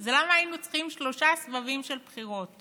זה למה היינו צריכים שלושה סבבים של בחירות.